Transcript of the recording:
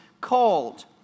called